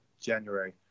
January